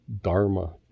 Dharma